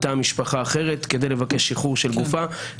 מטעם משפחה אחרת כדי לבקש שחרור של גופה.